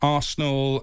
Arsenal